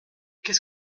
qu’est